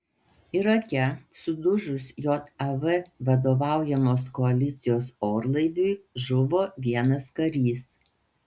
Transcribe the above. irake sudužus jav vadovaujamos koalicijos orlaiviui žuvo vienas karys